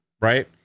right